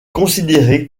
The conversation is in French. considéré